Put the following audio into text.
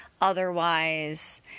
otherwise